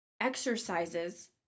exercises